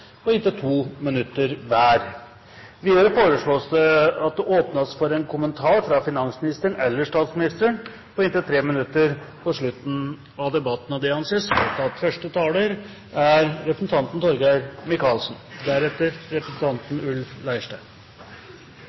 inntil 2 minutter hver. Videre foreslås det at det åpnes for en kommentar fra finansministeren eller statsministeren på inntil 3 minutter på slutten av debatten. – Det anses vedtatt.